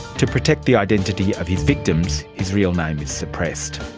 to protect the identity of his victims, his real name is suppressed.